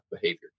behavior